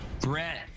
Brett